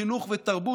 חינוך ותרבות.